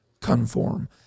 conform